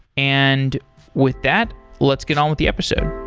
and with that, let's get on with the episode.